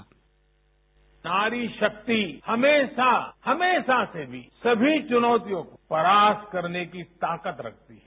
sound bite नारी शक्ति हमेशा हमेशा से समी चुनौतियों को परास्त करने की ताकत रखती है